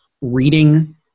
reading